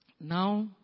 Now